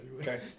Okay